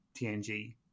TNG